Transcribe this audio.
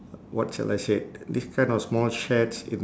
what shall I said these kind of small sheds in